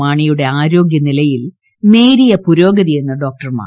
മാണിയുടെ ആരോഗ്യനിലയിൽ നേരിയ പുരോഗതിയെന്ന് ഡോക്ടർമാർ